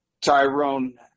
Tyrone